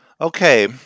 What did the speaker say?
Okay